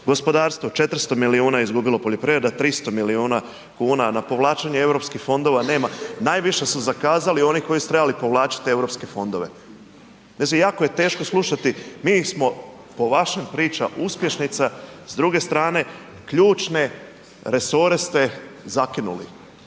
gospodarstvo 400 milijuna je izgubilo poljoprivreda a 300 milijuna kuna, na povlačenje eu fondova nema, najviše su zakazali oni koji su trebali povlačiti europske fondove. Mislim jako je teško slušati, mi smo po vašim pričama uspješnica. S druge strane ključne resore ste zakinuli.